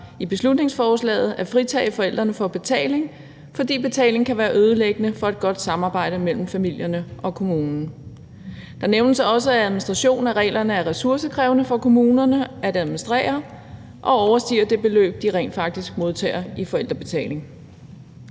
i beslutningsforslaget at fritage forældrene, fordi betaling kan være ødelæggende for et godt samarbejde mellem familierne og kommunen. Der nævnes også, at administration af reglerne er ressourcekrævende for kommunerne at administrere og overstiger det beløb, de rent faktisk modtager i forældrebetaling.